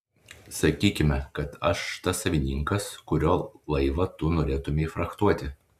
sakykime kad aš tas savininkas kurio laivą tu norėtumei frachtuoti